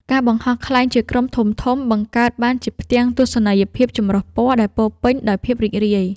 ការបង្ហោះខ្លែងជាក្រុមធំៗ បង្កើតបានជាផ្ទាំងទស្សនីយភាពចម្រុះពណ៌ដែលពោរពេញដោយភាពរីករាយ។